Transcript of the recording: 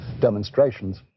demonstrations